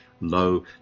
low